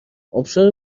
آبشار